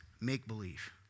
make-believe